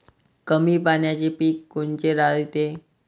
कमी पाण्याचे पीक कोनचे रायते?